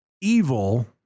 evil